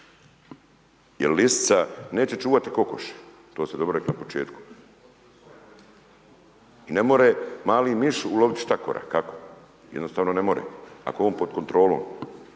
Jer lisica neće čuvati kokoši, to ste dobro rekli na početku. I ne može mali miš uloviti štakora. Kako? Jednostavno ne može. Ako je on pod kontrolom.